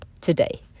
today